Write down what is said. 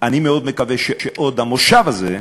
אני מאוד מקווה שעוד במושב הזה,